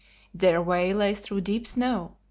their way lay through deep snow,